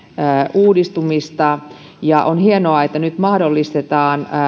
uudistumista ja on hienoa että nyt mahdollistetaan